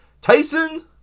Tyson